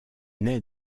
naît